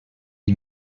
une